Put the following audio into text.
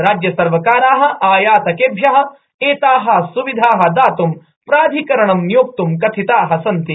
राज्यसर्वकाराः आयातकेभ्यः एताः स्विधाः दात्ं प्राधिकरणं नियोक्त्ं कथिताः सन्ति